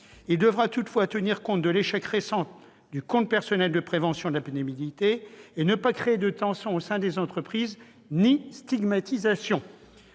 Il conviendra toutefois de tenir compte de l'échec récent du compte personnel de prévention de la pénibilité et de ne pas créer de tensions au sein des entreprises ni de stigmatisation.